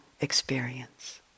experience